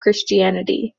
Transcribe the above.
christianity